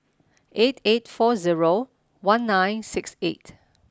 eight eight four zero one nine six eight